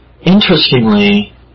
interestingly